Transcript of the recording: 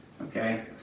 Okay